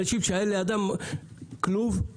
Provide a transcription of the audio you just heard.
אנשים שהיה לידם כלוב, הלכו,